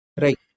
Right